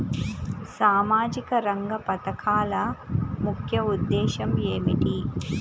సామాజిక రంగ పథకాల ముఖ్య ఉద్దేశం ఏమిటీ?